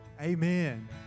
Amen